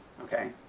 okay